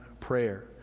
prayer